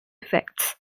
effects